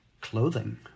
clothing